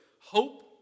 hope